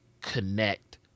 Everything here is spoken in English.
connect